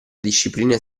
discipline